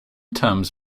terms